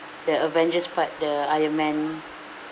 the avengers part the iron man